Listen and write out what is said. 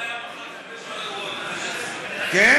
"גדר חיה" מכר חמש מהדורות, כן?